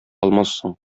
алмассың